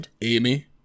Amy